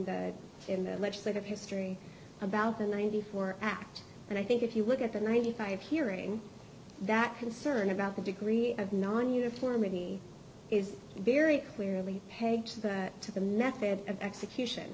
the in the legislative history about the ninety four act and i think if you look at the ninety five dollars hearing that concern about the degree of non uniformity is very clearly page that to the method of execution